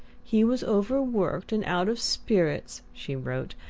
he was overworked and out of spirits, she wrote,